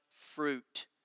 fruit